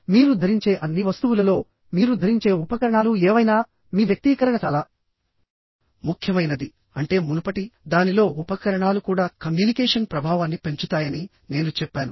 మీరు ధరించే అన్ని వస్తువులలో మీరు ధరించే ఉపకరణాలు ఏవైనామీ వ్యక్తీకరణ చాలా ముఖ్యమైనది అంటే మునుపటి దానిలో ఉపకరణాలు కూడా కమ్యూనికేషన్ ప్రభావాన్ని పెంచుతాయని నేను చెప్పాను